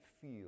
feel